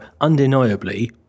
undeniably